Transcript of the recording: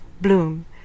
Bloom